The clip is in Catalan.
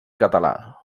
català